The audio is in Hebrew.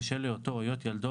בשל היותו או היות ילדו,